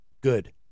good